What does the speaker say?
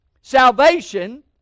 salvation